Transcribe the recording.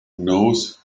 knows